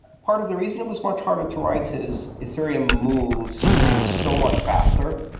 part of the reason it was much harder to write is ethereum moves so much faster,